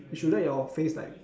you should let your face like